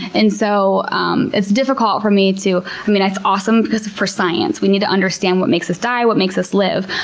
and so um it's difficult for me to, i mean it's awesome because for science, we need to understand what makes us die, what makes us live.